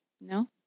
No